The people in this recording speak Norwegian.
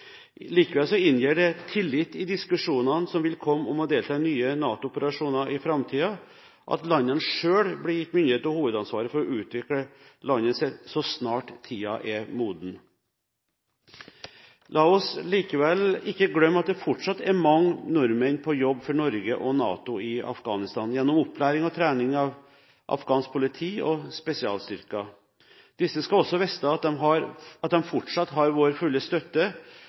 Likevel inngir det en tillit i diskusjonene som vil komme om å delta i nye NATO-operasjoner i framtiden, at landene selv blir gitt myndighet og hovedansvaret for å utvikle landet sitt så snart tiden er moden. La oss likevel ikke glemme at det fortsatt er mange nordmenn på jobb for Norge og NATO i Afghanistan, gjennom opplæring og trening av afghanske politi- og spesialstyrker. Disse skal også vite at de fortsatt har vår fulle støtte,